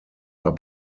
are